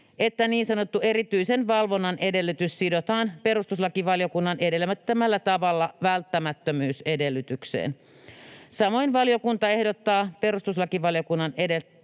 että niin sanottu erityisen valvonnan edellytys sidotaan perustuslakivaliokunnan edellyttämällä tavalla välttämättömyysedellytykseen. Samoin valiokunta ehdottaa perustuslakivaliokunnan edellyttämän